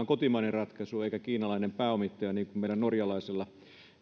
kotimainen ratkaisu eikä kiinalainen pääomittaja niin kuin meidän norjalaisella